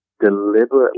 deliberately